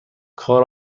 کار